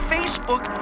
Facebook